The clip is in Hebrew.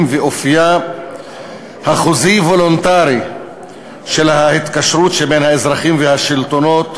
ואופייה החוזי-וולונטרי של ההתקשרות שבין האזרחים והשלטונות.